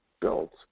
built